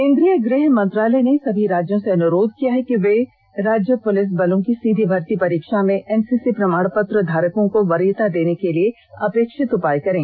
केंद्रीय गृह मंत्रालय ने सभी राज्यों से अनुरोध किया है कि वे राज्य पुलिस बलों की सीधी भर्ती परीक्षा में एनसीसी प्रमाणपत्र धारकों को वरीयता देने के लिए अपेक्षित उपाय करें